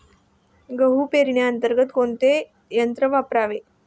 गहू पेरणीसाठी कोणते यंत्र वापरावे?